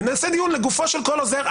ונעשה דיון לגופו של כל עוזר.